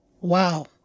wow